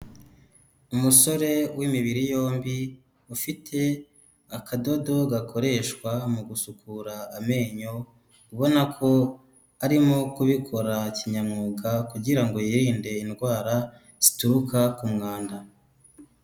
Umusore w'imibiri yombi ufite akadodo gakoreshwa mu gusukura amenyo ubona ko arimo kubikora kinyamwuga kugira ngo yirinde indwara zituruka ku mwanda.